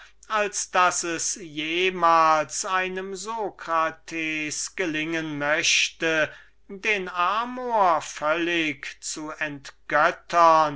als daß es jemals einem socrates gelingen möchte den amor völlig zu entgöttern